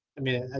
i mean,